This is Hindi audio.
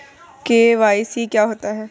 के.वाई.सी क्या होता है?